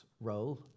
role